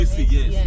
Yes